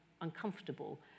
uncomfortable